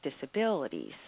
disabilities